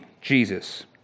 Jesus